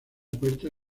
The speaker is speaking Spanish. puerta